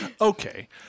Okay